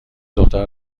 دخترا